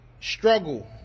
struggle